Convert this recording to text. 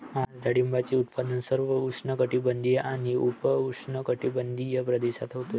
आज डाळिंबाचे उत्पादन सर्व उष्णकटिबंधीय आणि उपउष्णकटिबंधीय प्रदेशात होते